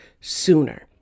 sooner